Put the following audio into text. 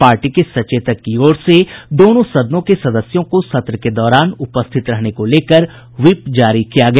party के सचेतक की ओर से दोनों सदनों के सदस्यों को सत्र के दौरान उपस्थित रहने को लेकर व्हिप जारी किया गया